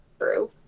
true